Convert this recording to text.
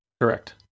Correct